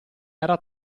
era